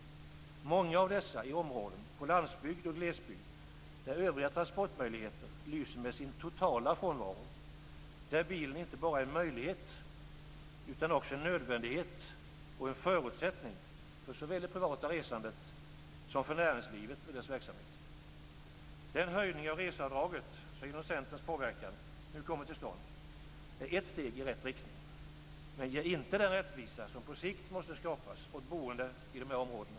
Många av dessa rullar i områden, på landsbygd och i glesbygd, där övriga transportmöjligheter lyser med sin totala frånvaro. Där är bilen inte bara en möjlighet utan också en nödvändighet och en förutsättning för såväl det privata resandet som för näringslivet och dess verksamhet. Den höjning av reseavdraget som genom Centerns påverkan nu kommer till stånd är ett steg i rätt riktning, men det ger inte den rättvisa som på sikt måste skapas åt boende i dessa områden.